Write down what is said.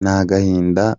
n’agahinda